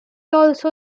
also